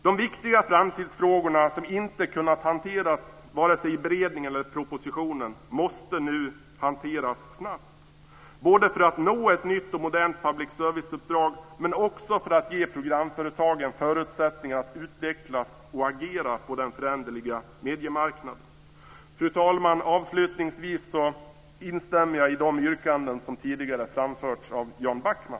De viktiga framtidsfrågor som inte kunnat hanteras vare sig i beredningen eller i propositionen måste nu hanteras snabbt både för att vi ska få ett nytt och modernt public service-uppdrag och för att ge programföretagen förutsättningar att utvecklas och agera på den föränderliga mediemarknaden. Fru talman! Avslutningsvis instämmer jag i de yrkanden som tidigare har framförts av Jan Backman.